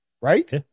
Right